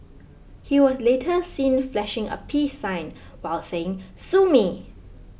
he was later seen flashing a peace sign while saying Sue me